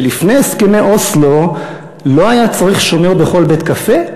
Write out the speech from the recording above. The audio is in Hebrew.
שלפני הסכמי אוסלו לא היה צריך שומר בכל בית-קפה?